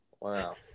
Wow